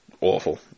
awful